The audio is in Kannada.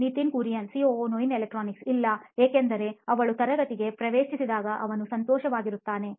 ನಿತಿನ್ ಕುರಿಯನ್ ಸಿಒಒ ನೋಯಿನ್ ಎಲೆಕ್ಟ್ರಾನಿಕ್ಸ್ಇಲ್ಲ ಏಕೆಂದರೆ ಅವಳು ತರಗತಿಗೆ ಪ್ರವೇಶಿಸಿದಾಗ ಅವನು ಸಂತೋಷವಾಗಿರುತ್ತಾನೆ